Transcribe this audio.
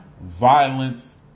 Violence